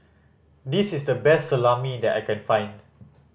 this is the best Salami that I can find